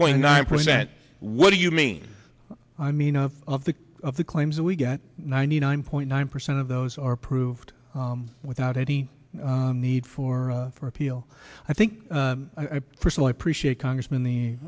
point nine percent what do you mean i mean a of the of the claims that we get ninety nine point nine percent of those are approved without any need for appeal i think i personally appreciate congressman the